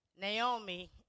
Naomi